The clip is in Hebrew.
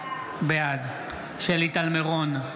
בעד שלי טל מירון,